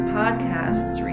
podcasts